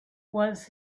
was